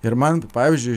ir man pavyzdžiui